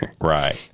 right